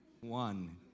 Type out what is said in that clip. One